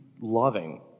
loving